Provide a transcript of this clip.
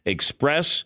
Express